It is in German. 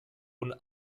und